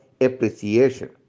appreciation